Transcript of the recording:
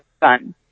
done